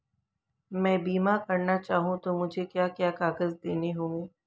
मैं बीमा करना चाहूं तो मुझे क्या क्या कागज़ देने होंगे?